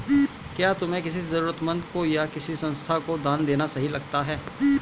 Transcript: क्या तुम्हें किसी जरूरतमंद को या किसी संस्था को दान देना सही लगता है?